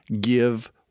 give